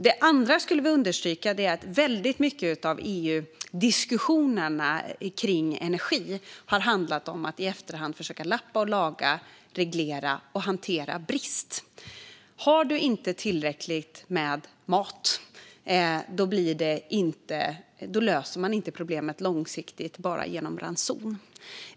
Det andra jag skulle vilja understryka är att väldigt mycket av EU-diskussionerna kring energi har handlat om att i efterhand försöka lappa och laga, reglera och hantera brist. Har du inte tillräckligt med mat löser man inte problemet långsiktigt bara genom ranson.